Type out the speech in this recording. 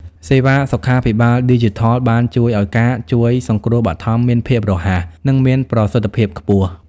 សេវាសុខាភិបាលឌីជីថលបានជួយឱ្យការជួយសង្គ្រោះបឋមមានភាពរហ័ស និងមានប្រសិទ្ធភាពខ្ពស់។